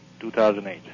2008